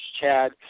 CHAD